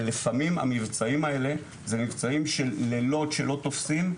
ולפעמים המבצעים האלה זה מבצעים של לילות שלא תופסים,